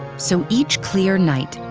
so each clear night,